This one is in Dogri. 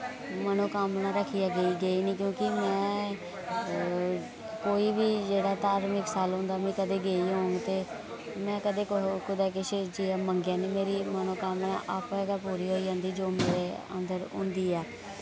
मनोकामना रक्खियै गे गेई निं क्यूंकि मैं कोई बी जेह्ड़ा धार्मिक स्थल होंदा मैं कदे गेई होंग ते मैं कदे कुतै किश जि'यां मांगेआ निं मेरी मनोकामना आप्पे गै पूरी होई जंदी जो मेरे अंदर होंदी ऐ